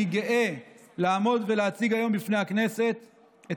אני גאה לעמוד ולהציג היום בפני הכנסת את